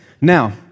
Now